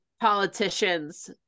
politicians